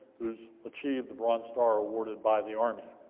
who's achieved the bronze star, awarded by the army.